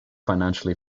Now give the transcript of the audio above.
financially